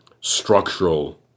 structural